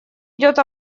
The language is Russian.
идет